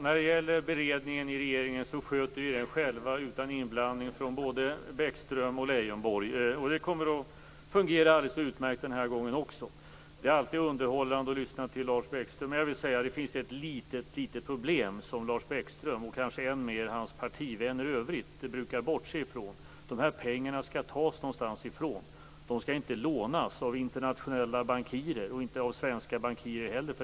Fru talman! Beredningen i regeringen sköter vi själva, utan inblandning från vare sig Bäckström eller Leijonborg. Det kommer att fungera utmärkt också den här gången. Det är alltid underhållande att lyssna till Lars Bäckström, men det finns ett litet, litet problem som han och än mer hans partivänner i övrigt brukar bortse ifrån: Pengarna skall tas någonstans ifrån. De skall inte lånas av internationella bankirer, och för den delen inte av svenska bankirer heller.